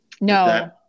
No